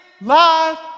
life